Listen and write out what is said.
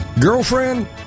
Girlfriend